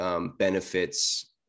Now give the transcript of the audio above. Benefits